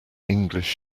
english